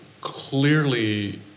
clearly